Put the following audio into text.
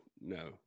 no